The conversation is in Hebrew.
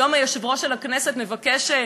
היום יושב-ראש הכנסת מבקש,